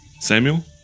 Samuel